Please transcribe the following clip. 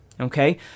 okay